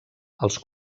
els